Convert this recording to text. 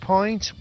Point